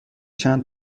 چند